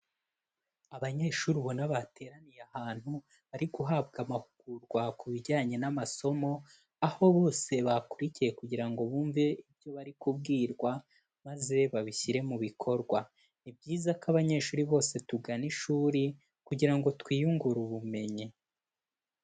Abanyeshuri ubona bateraniye ahantu bari guhabwa amahugurwa ku bijyanye n'amasomo, aho bose bakurikiye kugira ngo bumve ibyo bari kubwirwa maze babishyire mu bikorwa, ni byiza ko abanyeshuri bose tugana ishuri, kugira ngo twiyungure ubumenyi.